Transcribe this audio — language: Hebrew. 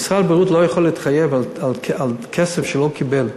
משרד הבריאות לא יכול להתחייב על כסף שהוא לא קיבל,